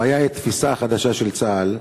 הבעיה היא התפיסה החדשה של צה"ל.